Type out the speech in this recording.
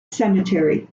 cemetery